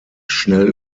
schnell